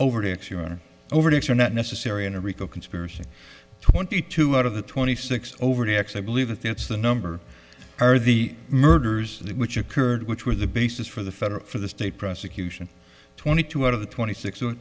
over to x you are over six are not necessary in a rico conspiracy twenty two out of the twenty six over to actually believe that that's the number or the murders which occurred which were the basis for the federal for the state prosecution twenty two out of the twenty six so